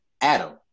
Adam